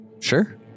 Sure